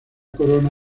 corona